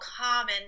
common